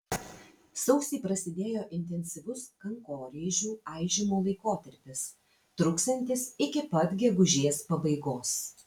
sausį prasidėjo intensyvus kankorėžių aižymo laikotarpis truksiantis iki pat gegužės pabaigos